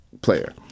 player